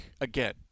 again